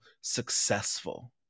successful